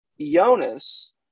Jonas